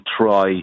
try